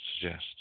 suggest